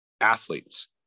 athletes